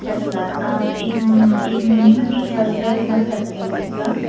दस लाख आप एक एक महीने में बीस हज़ार रुपये भर सकते हो किस्त का